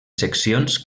seccions